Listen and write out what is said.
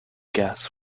gas